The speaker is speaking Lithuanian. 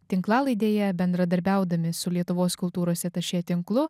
tinklalaidėje bendradarbiaudami su lietuvos kultūros atašė tinklu